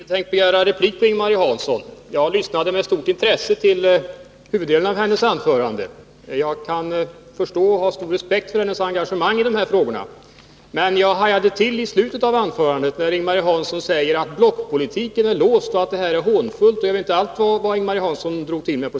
Herr talman! Jag hade egentligen inte tänkt begära replik på Ing-Marie Hanssons anförande. Jag lyssnade med stort intresse till huvuddelen av det, och jag kan förstå och ha stor respekt för hennes engagemang i de här frågorna. Men jag hajade till i slutet av anförandet, när hon sade att blockpolitiken är låst och att det närmast känns hånfullt — jag vet inte allt vad Ing-Marie Hansson drog till med.